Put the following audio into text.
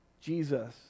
Jesus